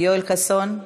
יואל חסון?